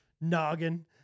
noggin